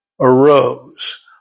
Arose